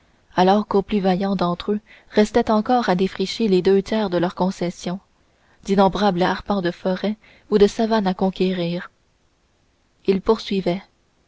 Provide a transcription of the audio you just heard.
alors qu'aux plus vaillants d'entre eux restaient encore à défricher les deux tiers de leurs concessions d'innombrables arpents de forêt ou de savane à conquérir il poursuivait